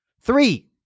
three